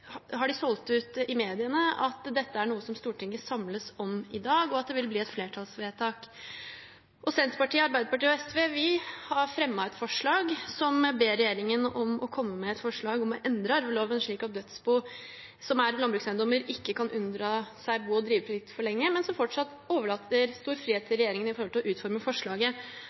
i mediene at dette er noe som Stortinget samles om i dag, og at det vil bli et flertallsvedtak. Senterpartiet, Arbeiderpartiet og SV har fremmet et forslag som ber regjeringen komme med et forslag om å endre arveloven slik at dødsbo som er landbrukseiendommer, ikke kan unndra seg bo- og driveplikt for lenge, men som fortsatt overlater stor frihet til regjeringen med hensyn til å utforme forslaget.